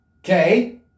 Okay